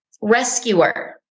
rescuer